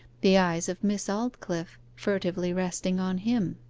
the eyes of miss aldclyffe furtively resting on him.